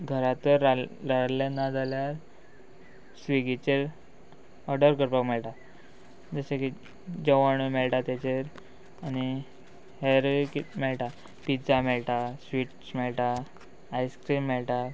घरांत रांदिल्लें ना जाल्यार स्विगीचेर ऑर्डर करपाक मेळटा जशें की जेवण मेळटा तेचेर आनी हेरूय मेळटा पिज्जा मेळटा स्वीट मेळटा आयस्क्रीम मेळटा